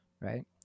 right